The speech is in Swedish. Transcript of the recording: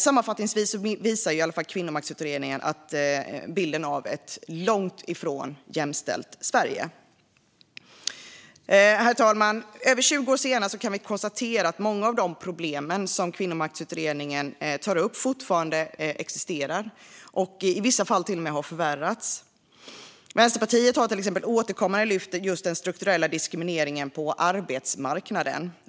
Sammanfattningsvis visar Kvinnomaktsutredningen en bild av ett långt ifrån jämställt Sverige, och över 20 år senare kan vi konstatera att många av de problem som Kvinnomaktsutredningen tar upp fortfarande existerar och i vissa fall till och med har förvärrats. Vänsterpartiet har till exempel återkommande lyft fram den strukturella diskrimineringen på arbetsmarknaden.